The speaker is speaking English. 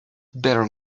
better